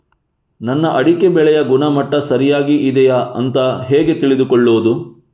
ನನ್ನ ಅಡಿಕೆ ಬೆಳೆಯ ಗುಣಮಟ್ಟ ಸರಿಯಾಗಿ ಇದೆಯಾ ಅಂತ ಹೇಗೆ ತಿಳಿದುಕೊಳ್ಳುವುದು?